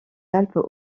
alpes